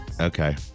Okay